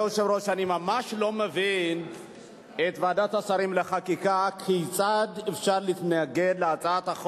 אני מזמין את חבר הכנסת שלמה מולה לעלות ולבוא להרצות את הצעתו,